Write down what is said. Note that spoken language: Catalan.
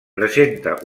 presenta